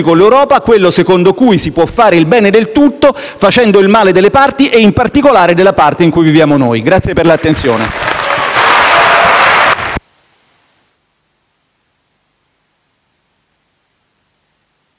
con l'Europa, quello secondo cui si può fare il bene del tutto facendo il male delle parti e, in particolare, della parte in cui viviamo noi. *(Applausi